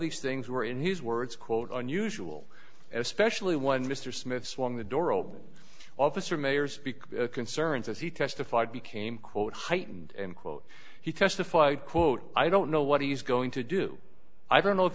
these things were in his words quote unusual especially one mr smith swung the door open officer mayor's concerns as he testified became quote heightened and quote he testified quote i don't know what he's going to do i don't know if